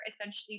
essentially